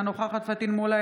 אינה נוכחת פטין מולא,